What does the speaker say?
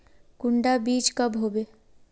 कुंडा बीज कब होबे?